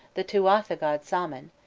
the tuatha god saman,